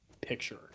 picture